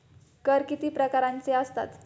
कर किती प्रकारांचे असतात?